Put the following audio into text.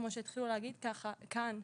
כמו שהתחילו להגיד כאן,